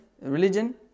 religion